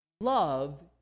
love